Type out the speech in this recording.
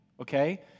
okay